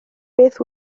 beth